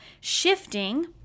Shifting